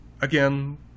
again